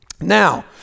Now